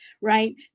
Right